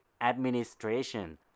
Administration